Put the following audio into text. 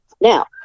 Now